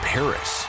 Paris